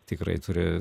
tikrai turi